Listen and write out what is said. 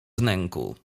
wnęku